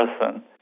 person